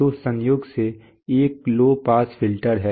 तो संयोग से यह एक लो पास फिल्टर है